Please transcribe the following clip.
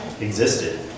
existed